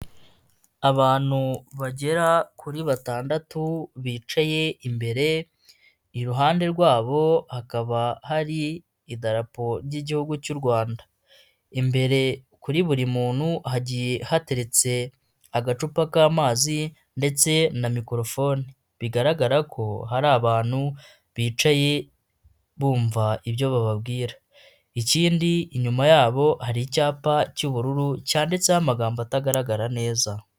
Abantu bagera kuri batandatu bicaye imbere, iruhande rwabo hakaba hari idarapo ry'igihugu cy'u Rwanda, imbere kuri buri muntu hagiye hateretse agacupa k'amazi, ndetse na mikorofone, bigaragara ko hari abantu bicaye bumva ibyo bababwira, ikindi inyuma yabo hari icyapa cy'ubururu cyanditseho amagambogambo atagaragara neza.